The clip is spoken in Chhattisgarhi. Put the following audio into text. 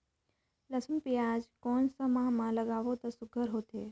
लसुन पियाज कोन सा माह म लागाबो त सुघ्घर होथे?